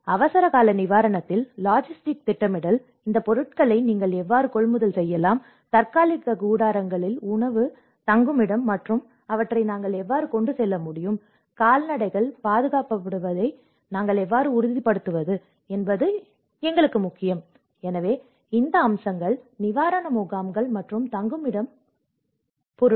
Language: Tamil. அவசரகால நிவாரணத்தில் லாஜிஸ்டிக் திட்டமிடல் இந்த பொருட்களை நீங்கள் எவ்வாறு கொள்முதல் செய்யலாம் தற்காலிக கூடாரங்கள் உணவு தங்குமிடம் மற்றும் அவற்றை நாங்கள் எவ்வாறு கொண்டு செல்ல முடியும் கால்நடைகள் பாதுகாக்கப்படுவதை நாங்கள் எவ்வாறு உறுதிப்படுத்துவது என்பது உங்களுக்குத் தெரியும் எனவே இந்த அம்சங்கள் நிவாரண முகாம்கள் மற்றும் தங்குமிடம் பொருட்கள்